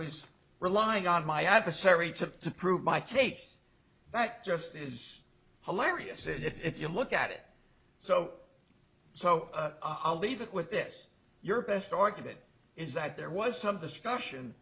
was relying on my adversary to prove my case that just is hilarious if you look at it so so i'll leave it with this your best argument is that there was some discussion